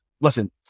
listen